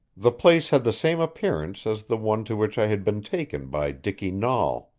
the place had the same appearance as the one to which i had been taken by dicky nahl.